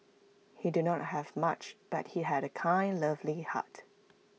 he did not have much but he had A kind lovely heart